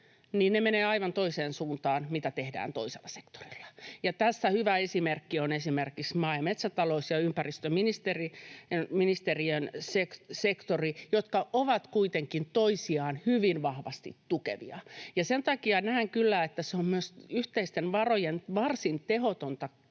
menevät aivan toiseen suuntaan kuin mitä tehdään toisella sektorilla. Tästä hyvä esimerkki on esimerkiksi maa- ja metsätalous- ja ympäristöministeriön sektori, jotka ovat kuitenkin toisiaan hyvin vahvasti tukevia. Sen takia näen kyllä, että se on myös yhteisten varojen varsin tehotonta käyttöä,